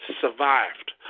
survived